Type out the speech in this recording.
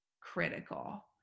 critical